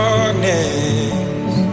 Darkness